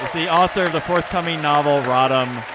the author of the forthcoming novel rodham